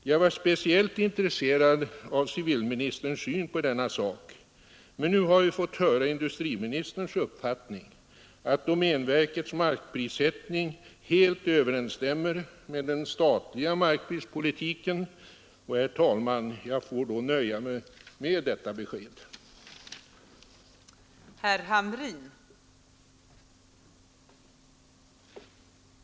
Jag var speciellt intresserad av civilministerns syn på denna sak. Men nu har vi fått höra industriministerns uppfattning, att domänverkets prissättning helt överensstämmer med den statliga markprispolitiken och, fru talman, jag får då nöja mig med det beskedet.